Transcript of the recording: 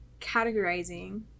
categorizing